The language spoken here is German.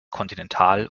kontinental